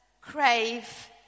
crave